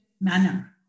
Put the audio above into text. manner